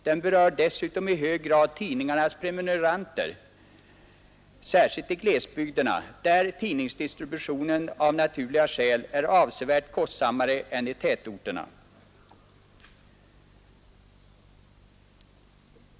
Den berör dessutom i hög grad tidningarnas prenumeranter — särskilt i glesbygderna, där tidningsdistributionen av naturliga skäl är avsevärt kostsammare än i tätorterna.